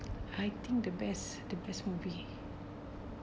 I think the best the best movie